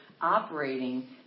operating